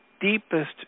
deepest